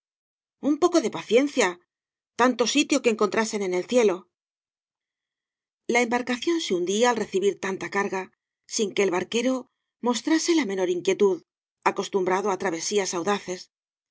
un poco de paciencia tanto sitio que encontrasen en el cíelo oanas y barro t la embarcación se hundía al recibir tanta carga sin que el barquero mostrase la menor inquietud acostumbrado á travesías audaces